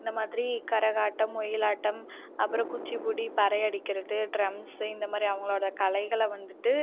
இந்த மாதிரி கரகாட்டம் ஒயிலாட்டம் அப்பறம் குச்சிப்புடி பறையடிக்கிறது ட்ரம்ஸ்சு இந்த மாதிரி அவங்களோட கலைகளை வந்துட்டு